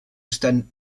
estan